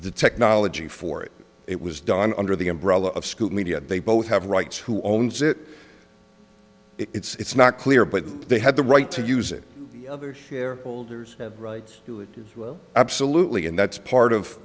the technology for it it was done under the umbrella of school media they both have rights who owns it it's not clear but they had the right to use it others share holders have rights to it as well absolutely and that's part of